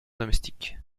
domestiques